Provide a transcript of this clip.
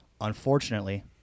Unfortunately